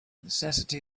necessity